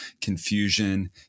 confusion